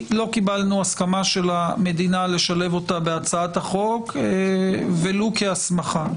לא קיבלנו הסכמה של המדינה לשלב אותה בהצעת החוק ולו כהסמכה.